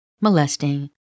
molesting